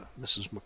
Mrs